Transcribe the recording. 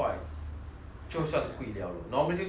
就算贵了 loh normally 是一块多的 lah